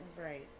Right